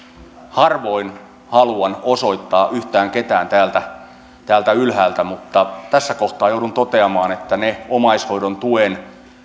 harvoin haluan osoittaa yhtään ketään täältä täältä ylhäältä mutta tässä kohtaa joudun toteamaan että ne omaishoidon tuen